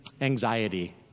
anxiety